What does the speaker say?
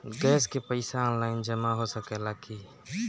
Gas के पइसा online जमा हो सकेला की?